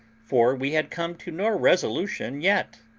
for we had come to no resolution yet.